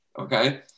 Okay